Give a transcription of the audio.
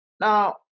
Now